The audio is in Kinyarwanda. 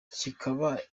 kikaba